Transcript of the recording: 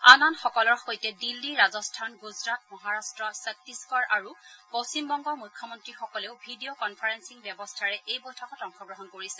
আন আন সকলৰ সৈতে দিল্লী ৰাজস্থান গুজৰাট মহাৰাট্ট চত্তীশগড় আৰু পশ্চিম বংগৰ মুখ্যমন্ত্ৰীসকলেও ভিডিঅ' কনফাৰেসিং ব্যৱস্থাৰে এই বৈঠকত অংশগ্ৰহণ কৰিছে